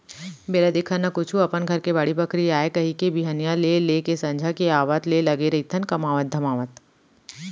बेरा देखन न कुछु अपन घर के बाड़ी बखरी आय कहिके बिहनिया ले लेके संझा के आवत ले लगे रहिथन कमावत धमावत